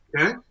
Okay